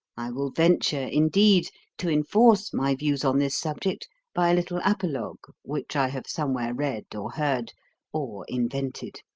i will venture, indeed, to enforce my views on this subject by a little apologue which i have somewhere read, or heard or invented.